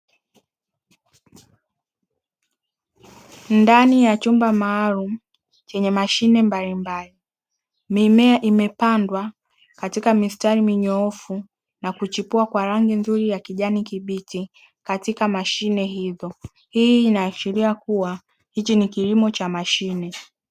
Ndani ya chumba maalumu chenye mashine mbalimbali, mimea imepandwa katika mistari minyoofu na kuchipua kwa rangi nzuri ya kijani kibichi katika mashine hizo, hii inaashiria kuwa hikii ni kilimo cha mashine.